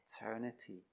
eternity